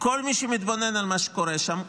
כל מי שמתבונן על מה שקורה שם,